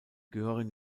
gehören